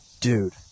Dude